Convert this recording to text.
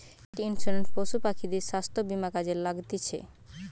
পেট insurance পশু পাখিদের স্বাস্থ্য বীমা কাজে লাগতিছে